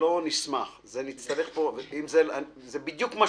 מישהו